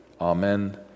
Amen